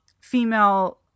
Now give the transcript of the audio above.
female